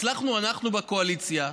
הצלחנו, אנחנו בקואליציה,